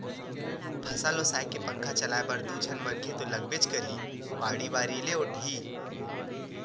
फसल ओसाए के पंखा चलाए बर दू झन मनखे तो लागबेच करही, बाड़ी बारी ले ओटही